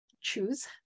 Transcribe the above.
choose